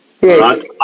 Yes